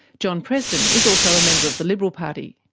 john preston is also a member of the liberal p arty.